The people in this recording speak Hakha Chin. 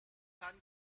hlan